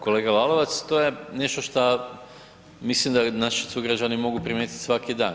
Kolega Lalovac to je nešto što mislim da naši sugrađani mogu primijetiti svaki dan.